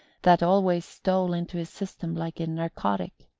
that always stole into his system like a narcotic.